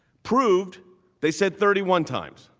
proved they said thirty one times